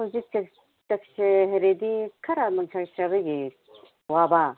ꯍꯧꯖꯤꯛ ꯆꯠꯁꯦ ꯍꯥꯏꯔꯗꯤ ꯈꯔ ꯅꯨꯡꯁꯥ ꯁꯥꯕꯒꯤ ꯋꯥꯕ